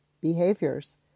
behaviors